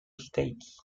states